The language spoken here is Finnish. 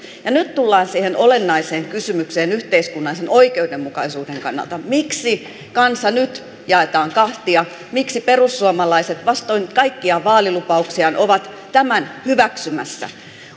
ja nyt tullaan siihen olennaiseen kysymykseen yhteiskunnallisen oikeudenmukaisuuden kannalta miksi kansa nyt jaetaan kahtia miksi perussuomalaiset vastoin kaikkia vaalilupauksiaan ovat tämän hyväksymässä